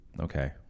Okay